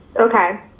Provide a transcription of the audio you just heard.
Okay